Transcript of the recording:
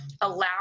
allow